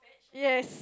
yes